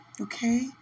okay